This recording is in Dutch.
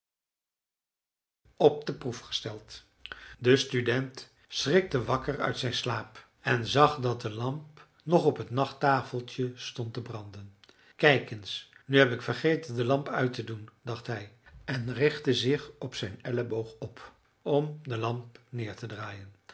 op de proef gesteld de student schrikte wakker uit zijn slaap en zag dat de lamp nog op het nachttafeltje stond te branden kijk eens nu heb ik vergeten de lamp uit te doen dacht hij en richtte zich op zijn elleboog op om de lamp neer te draaien